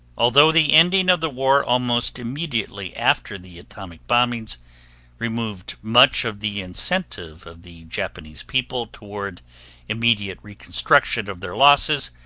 although the ending of the war almost immediately after the atomic bombings removed much of the incentive of the japanese people toward immediate reconstruction of their losses,